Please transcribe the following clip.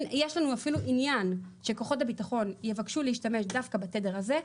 יש לנו אפילו עניין שכוחות הביטחון יבקשו להשתמש דווקא בתדר הזה,